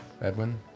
Edwin